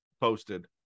posted